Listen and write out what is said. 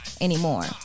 anymore